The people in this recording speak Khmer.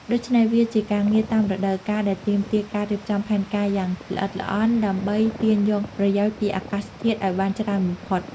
ដូច្នេះ វាជាការងារតាមរដូវកាលដែលទាមទារការរៀបចំផែនការយ៉ាងល្អិតល្អន់ដើម្បីទាញយកប្រយោជន៍ពីអាកាសធាតុឲ្យបានច្រើនបំផុត។